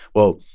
well,